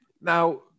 Now